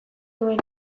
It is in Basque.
nuen